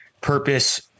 purpose